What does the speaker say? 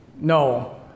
no